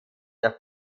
der